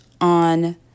on